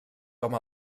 com